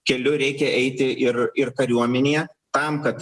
keliu reikia eiti ir ir kariuomenėje tam kad